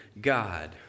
God